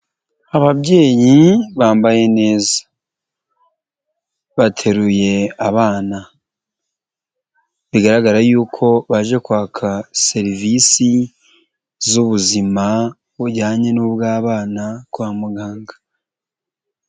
Ababyeyi bambaye neza, bateruye abana, bigaragara yuko baje kwaka serivisi z'ubuzima bujyanye n'ubw'abana kwa muganga.